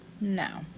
No